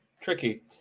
Tricky